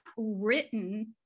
written